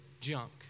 junk